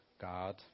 God